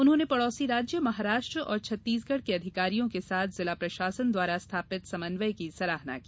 उन्होंने पड़ोसी राज्य महाराष्ट्र और छत्तीसगढ़ के अधिकारियों के साथ जिला प्रशासन द्वारा स्थापित समन्वय की सराहना की